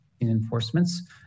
enforcements